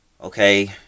okay